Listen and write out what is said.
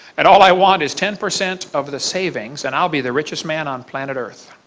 and all i want is ten percent of the savings. and i'll be the richest man on planet earth.